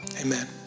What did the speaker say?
Amen